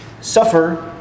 Suffer